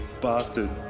bastard